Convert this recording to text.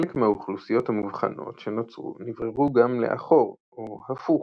חלק מהאוכלוסיות המובחנות שנוצרו נבררו גם "לאחור" או "הפוך",